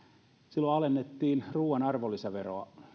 silloin alennettiin ruuan arvonlisäveroa